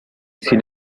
sin